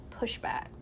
pushback